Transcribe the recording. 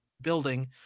building